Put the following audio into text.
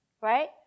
right